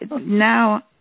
now